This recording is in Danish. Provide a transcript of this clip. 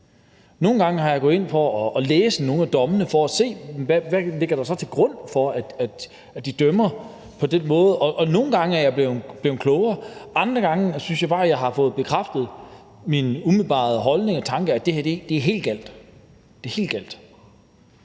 Nogle gange er jeg gået ind for at læse nogle af dommene for at se, hvad der har ligget til grund for, at de har dømt på den måde, de har gjort. Nogle gange er jeg blevet klogere, andre gange synes jeg bare, at jeg har fået bekræftet min umiddelbare holdning og tanke, nemlig at det her er helt galt – helt galt.